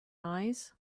eyes